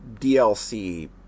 DLC